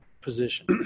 position